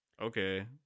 Okay